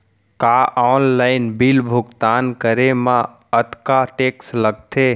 का online bill भुगतान करे मा अक्तहा टेक्स लगथे?